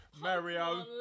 Mario